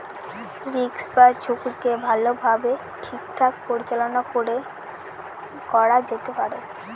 risk বা ঝুঁকিকে ভালোভাবে ঠিকঠাক পরিচালনা করা যেতে পারে